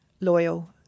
loyal